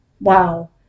Wow